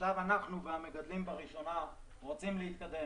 אנחנו והמגדלים רוצים להתקדם.